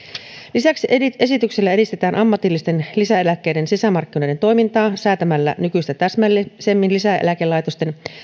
lisäksi esityksellä edistetään ammatillisten lisäeläkkeiden sisämarkkinoiden toimintaa säätämällä nykyistä täsmällisemmin lisäeläkelaitosten